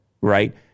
right